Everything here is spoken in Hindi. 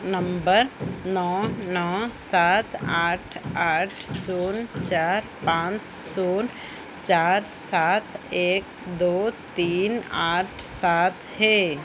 नंबर नौ नौ सात आठ आठ शून्य चार पाँच शून्य चार सात एक दो तीन आठ सात है